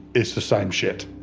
it's the same shit.